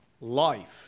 life